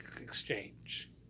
exchange